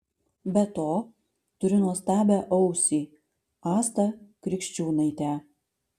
be to turiu nuostabią ausį astą krikščiūnaitę